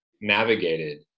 navigated